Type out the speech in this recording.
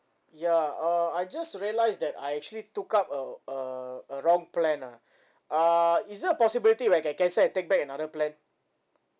ya uh I just realised that I actually took up a uh a wrong plan ah uh is there a possibility where I can cancel and take back another plan